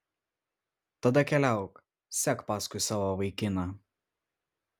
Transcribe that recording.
tada keliauk sek paskui savo vaikiną